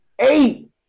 eight